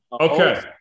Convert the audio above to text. Okay